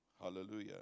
Hallelujah